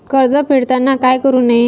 कर्ज फेडताना काय करु नये?